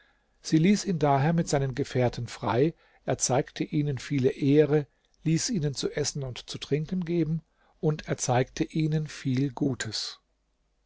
sie ließ ihn daher mit seinen gefährten frei erzeigte ihnen viele ehre ließ ihnen zu essen und zu trinken geben und erzeigte ihnen viel gutes